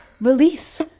Release